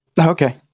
Okay